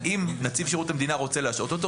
נציב שירות המדינה רוצה להשעות אותו,